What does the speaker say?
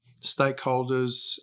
stakeholders